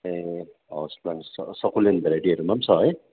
ए हवस् हवस् सकुलेन्ट भेराइटीहरूमा पनि छ है